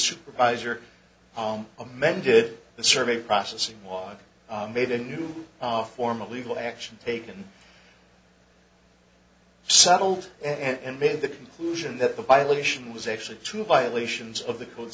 supervisor on amended the survey processing was made a new form of legal action taken settled and made the conclusion that the violation was actually true violations of the code